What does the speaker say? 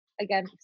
again